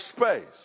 space